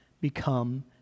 become